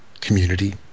community